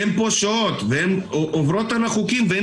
הן פושעות והן עוברות על החוקים והן